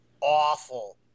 awful